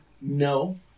no